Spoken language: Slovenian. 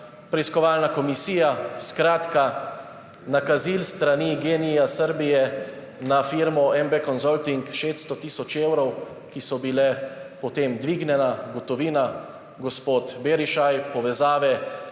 preiskovalna komisija, skratka nakazil s strani GEN-I Srbije na firmo MB Consulting, 600 tisoč evrov, ki so bili potem dvignjeni, gotovina, gospod Berišaj, povezave